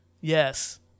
Yes